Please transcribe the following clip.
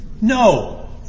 No